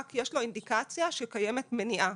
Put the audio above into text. רק יש לו אינדיקציה שקיימת מניעה.